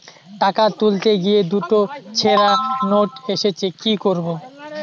টাকা তুলতে গিয়ে দুটো ছেড়া নোট এসেছে কি করবো?